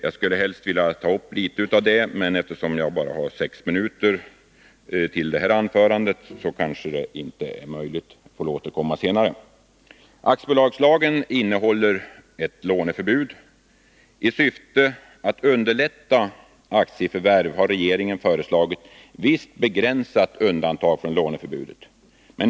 Jag skulle vilja ta upp litet om detta, men eftersom jag bara har sex minuter för detta anförande, kanske det inte är möjligt. Jag får återkomma senare. Aktiebolagslagen innehåller ett låneförbud. I syfte att underlätta aktieförvärv har regeringen föreslagit visst begränsat undantag från låneförbudet.